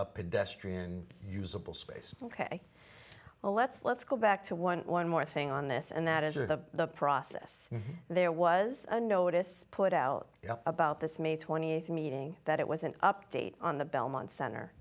space ok well let's let's go back to one one more thing on this and that is a the process there was a notice put out about this may twenty eighth meeting that it was an update on the belmont cent